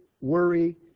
worry